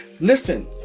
listen